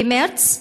במרס,